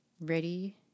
Ready